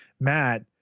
Matt